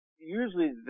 usually